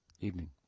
Evening